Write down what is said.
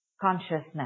consciousness